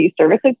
services